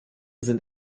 sind